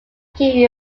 key